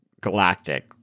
Galactic